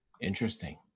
Interesting